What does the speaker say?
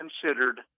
considered